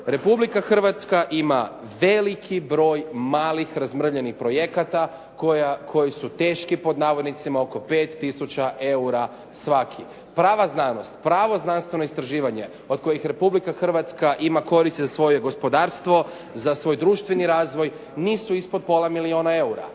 Republika Hrvatska ima veliki broj malih razmrvljenih projekata koji su teški pod navodnicima oko 5000 eura svaki. Prava znanost, pravo znanstveno istraživanje od kojih Republika Hrvatska ima koristi za svoje gospodarstvo, za svoj društveni razvoj nisu ispod pola milijuna eura.